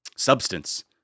substance